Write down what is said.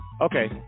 Okay